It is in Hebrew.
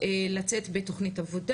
לצאת בתכנית בתוכנית עבודה.